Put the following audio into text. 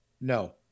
No